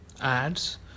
ads